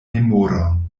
memoron